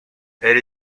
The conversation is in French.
elle